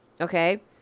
Okay